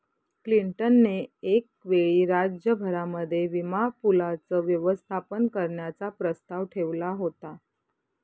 Clinton ने एक वेळी राज्य भरामध्ये विमा पूलाचं व्यवस्थापन करण्याचा प्रस्ताव ठेवला होता